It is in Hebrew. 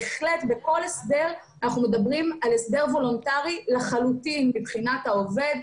בהחלט בכל הסדר אנחנו מדברים על הסדר וולונטרי לחלוטין מבחינת העובד,